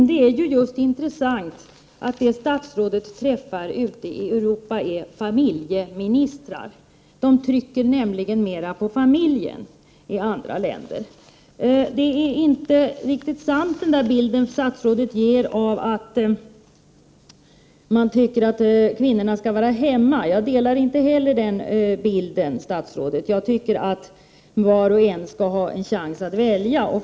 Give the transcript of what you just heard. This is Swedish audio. Fru talman! Det intressanta är just att de som statsrådet träffar ute i Europa är familjeministrar. De trycker nämligen mer på familjen i andra länder. Den är inte riktigt sann, bilden som statsrådet ger av att man tycker att kvinnorna skall vara hemma. Jag delar inte heller den bilden, statsrådet. Jag tycker att var och en skall ha en chans att välja.